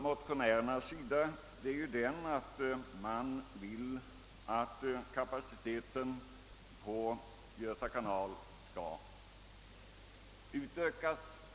Motionärerna å sin sida vill bl.a. att kapaciteten hos Göta kanal skall ökas.